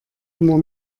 immer